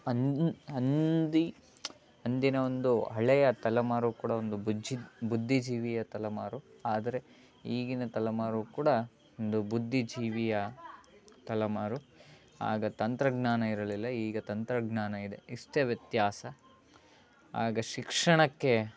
ಅನ್ ಅಂದಿ ಅಂದಿನ ಒಂದು ಹಳೆಯ ತಲೆಮಾರು ಕೂಡ ಒಂದು ಬುಚ್ಚಿ ಬುದ್ಧಿಜೀವಿಯ ತಲೆಮಾರು ಆದರೆ ಈಗಿನ ತಲೆಮಾರು ಕೂಡ ಒಂದು ಬುದ್ಧಿಜೀವಿಯ ತಲೆಮಾರು ಆಗ ತಂತ್ರಜ್ಞಾನ ಇರಲಿಲ್ಲ ಈಗ ತಂತ್ರಜ್ಞಾನ ಇದೆ ಇಷ್ಟೆ ವ್ಯತ್ಯಾಸ ಆಗ ಶಿಕ್ಷಣಕ್ಕೆ